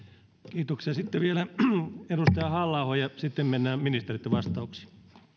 sitten vielä edustaja halla aho ja sitten mennään ministereitten vastauksiin